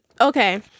Okay